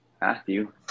Matthew